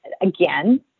Again